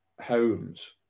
homes